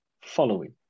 following